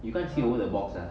you can't see over the box ah